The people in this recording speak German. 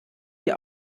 wir